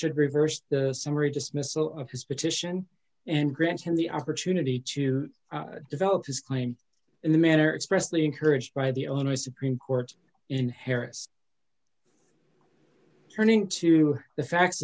should reverse the summary dismissal of his petition and grant him the opportunity to develop his claim in the manner expressly encouraged by the illinois supreme court in harris turning to the facts